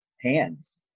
hands